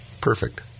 Perfect